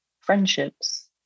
friendships